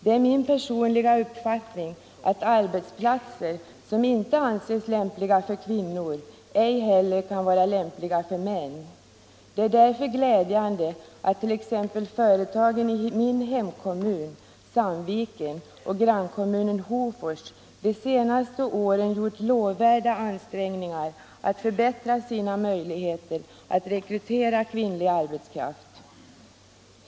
Det är min personliga uppfattning att ar — Nr 142 Oeisplätser som inie Anges ERROR för kvinnor inte Hellen kan vara lämp Torsdagen den liga för män. Det är därför glädjande att t.ex. företagen i min hem 12 december, 1974 kommun, Sandviken, och grannkommunen Hofors de senaste åren gjort lovvärda ansträngningar att förbättra sina möjligheter att rekrytera kvinn — Om en utredning lig arbetskraft.